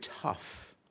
tough